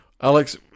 Alex